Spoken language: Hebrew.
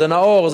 זה נאור,